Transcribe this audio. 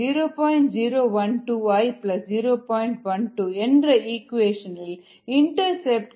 12 என்ற ஈக்குவேஷன் இல் intercept Km0